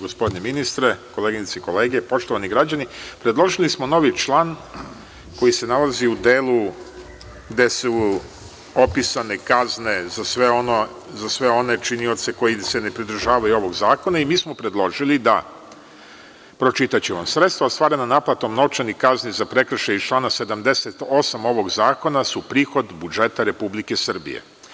Gospodine ministre, koleginice i kolege, poštovani građani, predložili smo novi član koji se nalazi u delu gde su opisane kazne za sve one činioce koji se ne pridržavaju ovog zakona i predložili smo da, pročitaću vam – sredstva ostvarena naplatom novčanih kazni za prekršaj iz člana 78. ovog zakona su prihod budžeta Republike Srbije.